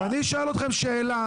ואני אשאל אתכם שאלה.